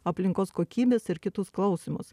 aplinkos kokybės ir kitus klausimus